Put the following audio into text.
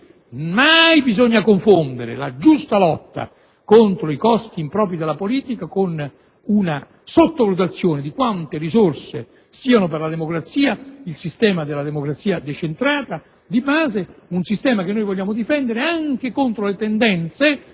mai bisogna confondere la giusta lotta contro i costi impropri della politica con una sottovalutazione di quale risorsa sia per la democrazia il sistema della democrazia decentrata di base; un sistema che vogliamo difendere anche contro le tendenze